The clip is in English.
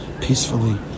peacefully